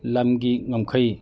ꯂꯝꯒꯤ ꯉꯝꯈꯩ